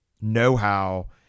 know-how